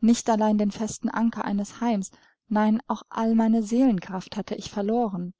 nicht allein den festen anker eines heims nein auch all meine seelenkraft hatte ich verloren